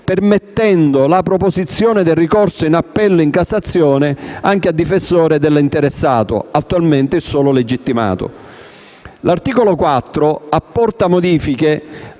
permettendo la proposizione del ricorso in appello e in Cassazione anche al difensore dell'interessato (attualmente il solo legittimato). L'articolo 4 apporta modifiche